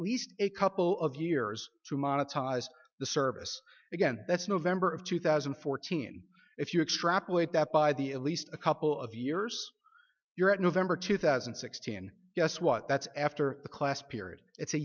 least a couple of years to monetize the service again that's november of two thousand and fourteen if you extrapolate that by the at least a couple of years you're at november two thousand and sixteen yes what that's after the class period it's a